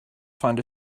find